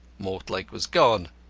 mortlake was gone.